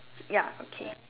ya okay